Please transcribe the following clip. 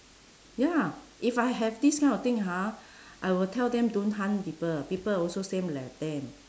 ya if I have this kind of thing ha I will tell them don't hunt people people also same like them